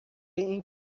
این